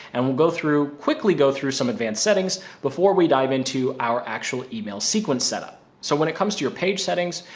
and we'll go through quickly, go through some advanced settings before we dive into our actual email sequence setup. so when it comes to your page settings,